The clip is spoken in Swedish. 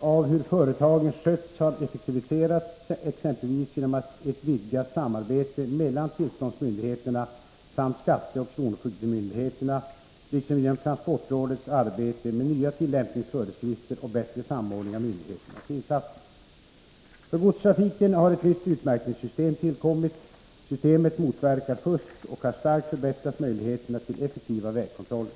av hur företagen sköts har effektiviserats, exempelvis genom ett vidgat samarbete mellan tillståndsmyndigheterna samt skatteoch kronofogdemyndigheterna liksom genom transportrådets arbete med nya tillämpningsföreskrifter och bättre samordning av myndigheternas insatser. För godstrafiken har ett nytt utmärkningssystem tillkommit. Systemet motverkar fusk och har starkt förbättrat möjligheterna till effektiva vägkontroller.